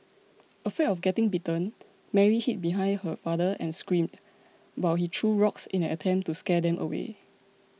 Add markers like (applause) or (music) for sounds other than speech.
(noise) afraid of getting bitten Mary hid behind her father and screamed while he threw rocks in an attempt to scare them away